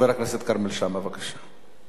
חבר הכנסת שאמה, בבקשה.